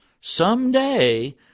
someday